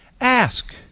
Ask